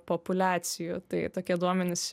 populiacijų tai tokie duomenys